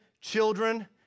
children